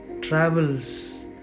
travels